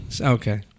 Okay